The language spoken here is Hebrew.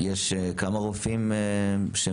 יש כמה רופאים?